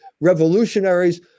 revolutionaries